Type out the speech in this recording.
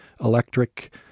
electric